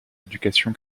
éducation